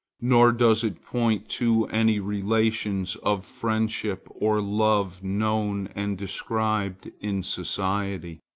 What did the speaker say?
nor does it point to any relations of friendship or love known and described in society,